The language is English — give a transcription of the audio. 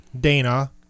Dana